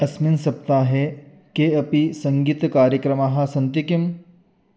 अस्मिन् सप्ताहे के अपि सङ्गीतकार्यक्रमाः सन्ति किम्